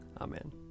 Amen